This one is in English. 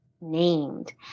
named